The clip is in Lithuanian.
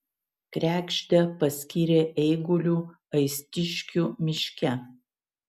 kregždę paskyrė eiguliu aistiškių miške